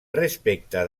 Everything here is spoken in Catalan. respecte